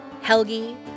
Helgi